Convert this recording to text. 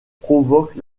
provoque